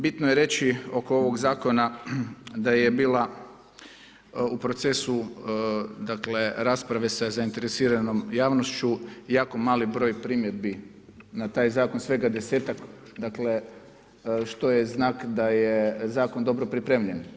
Bitno je reći oko ovog zakona da je bila u procesu, dakle rasprave sa zainteresiranom javnošću jako mali broj primjedbi na taj zakon, svega 10-ak, dakle što je znak da je zakon dobro pripremljen.